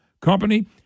company